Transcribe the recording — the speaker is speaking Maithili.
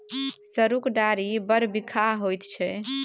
सरुक डारि बड़ बिखाह होइत छै